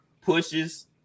pushes